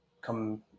come